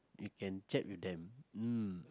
you can chat with them